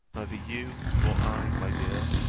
neither you nor i, my dear,